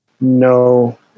no